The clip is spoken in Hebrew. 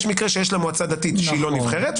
יש מקרה שיש לה מועצה דתית שהיא לא נבחרת,